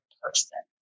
person